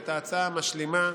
וההצעה המשלימה,